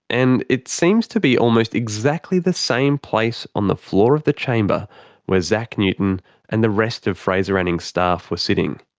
and it seems to be almost exactly the same place on the floor of the chamber where zack newton and the rest of fraser anning's staff were sitting.